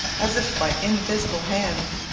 as if by invisible hands,